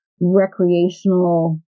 recreational